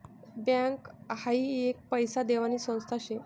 bank हाई एक पैसा देवानी संस्था शे